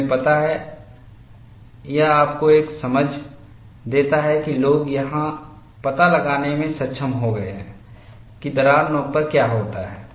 तुम्हें पता है यह आपको एक समझ देता है कि लोग यह पता लगाने में सक्षम हो गए हैं कि दरार नोक पर क्या होता है